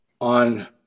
on